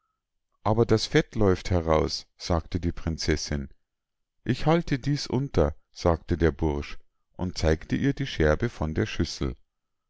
aber das fett läuft heraus sagte die prinzessinn ich halte dies unter sagte der bursch und zeigte ihr die scherbe von der schüssel